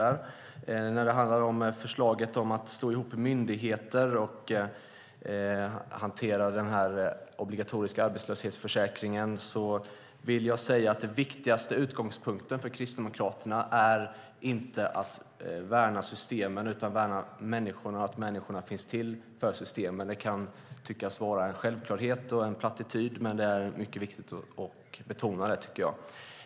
När det handlar om förslaget om att slå ihop myndigheter och hantera den här obligatoriska arbetslöshetsförsäkringen vill jag säga: Den viktigaste utgångspunkten för Kristdemokraterna är inte att värna systemen utan värna människorna och att systemen finns till för människorna. Det kan tyckas vara en självklarhet och en plattityd. Men det är mycket viktigt att betona det, tycker jag.